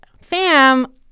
fam